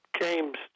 James